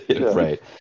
right